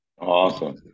Awesome